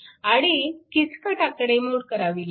आणि किचकट आकडेमोड करावी लागते